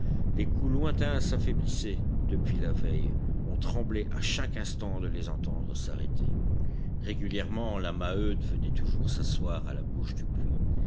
les coups lointains s'affaiblissaient depuis la veille on tremblait à chaque instant de les entendre s'arrêter régulièrement la maheude venait toujours s'asseoir à la bouche du puits